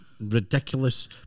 ridiculous